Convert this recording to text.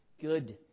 good